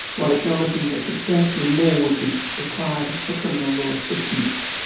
while acknowledging that substantially more would be required for criminal law assistance.